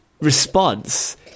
response